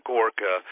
Gorka